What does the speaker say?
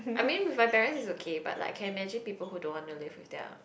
I mean with my parent is okay but like can imagine people who don't want to live with their